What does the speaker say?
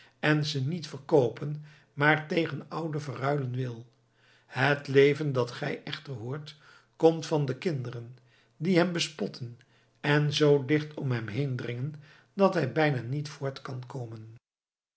en ze niet verkoopen maar tegen oude verruilen wil het leven dat gij echter hoort komt van de kinderen die hem bespotten en zoo dicht om hem heen dringen dat hij bijna niet voort kan komen